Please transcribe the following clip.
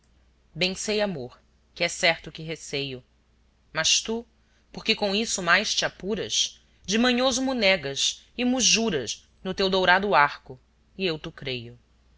bem sei amor que é certo o que receio mas tu porque com isso mais te apuras de manhoso mo negas e mo juras no teu dourado arco e eu to creio